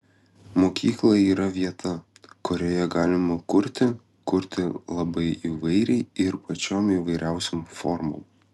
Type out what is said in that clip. mokykla yra vieta kurioje galima kurti kurti labai įvairiai ir pačiom įvairiausiom formom